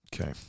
Okay